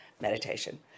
meditation